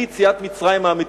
היא יציאת מצרים האמיתית.